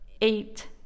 eight